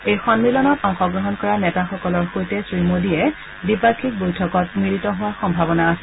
এই সন্মিলনত অংশগ্ৰহণ কৰা নেতাসকলৰ সৈতে শ্ৰীমোডীয়ে দ্বিপাক্ষিক বৈঠকত মিলিত হোৱাৰ সম্ভাৱনা আছে